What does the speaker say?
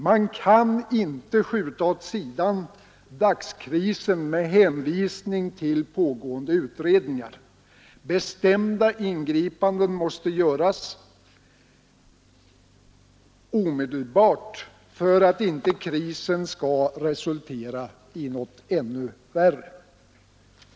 Man kan inte skjuta åt sidan dagskrisen med hänvisning till pågående utredningar. Bestämda ingripanden måste göras omedelbart för att inte krisen skall resultera i något ännu värre.